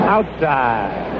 Outside